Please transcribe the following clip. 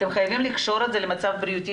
אתם חייבים לקשור את זה למצב בריאותי